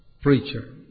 preacher